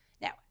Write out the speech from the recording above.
Now